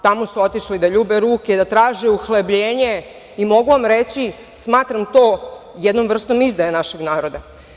Tamo su otišli da ljube ruke, da traže uhlebljenje i mogu vam reći, smatram to jednom vrstom izdaje našeg naroda.